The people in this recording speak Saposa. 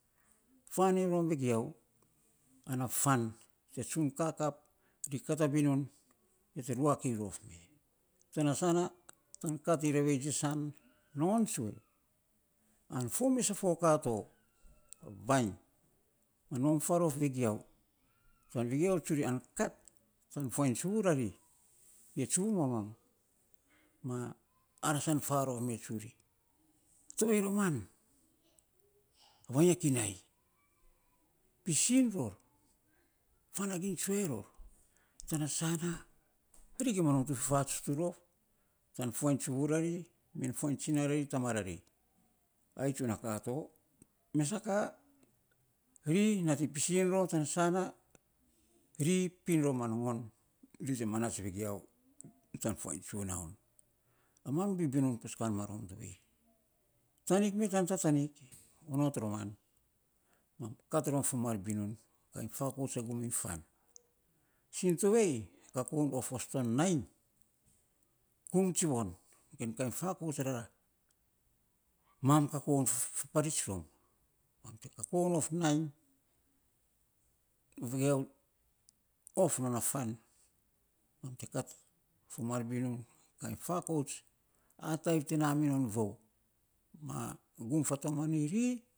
Fainy rom vigiau ana fan te tsun kakap me ri kat a binun ya te rua iny rof me, tana sana tan kat iny revei jesan, nogon tsue an fo mes a fo ka to, vainy ma nom farof vegiau, tan vegiau tsuri an kat tan fuan tsuvu rari ge tsuvu maman ma arasan farof me tsuri tovei roman vainy a kinai pisin ror fanaginy tsue ror tana sana ri gima nom ta fifatsuts tu rof tan fuain tsuvu rarfi, fuain tsina arari an tama rariai tsu na ka to, mes a ka ri nating pisin ror tana sana ri pinro ma nogon ri te manats vegiau tan fo tsunaun aman bibinun patukan narom tovei tanik me tan tatanik onot roman, mam kat rom a mar binun kainy fakouts a guminy fan, tsin tovei mam kokon of ton nainy, gum tsivon ge kainy fakouts a guminy fan, ge kainy fakouts rara, mam kakon faparits rom mam te kakon of nai, vegiau of ton fan mam te kat fo mar binun, kainy fakouts a ataiv te naminon vou ma gufa tomaniri.